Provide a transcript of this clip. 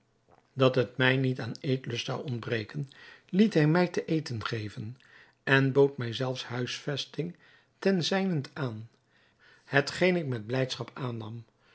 dat het mij niet aan eetlust zou ontbreken liet hij mij te eten geven en bood mij zelfs huisvesting ten zijnent aan hetgeen ik met blijdschap aannam